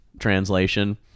Translation